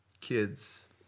kids